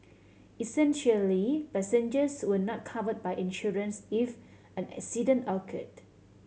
essentially passengers were not covered by insurance if an accident occurred